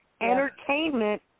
entertainment